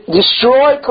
destroy